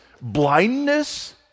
blindness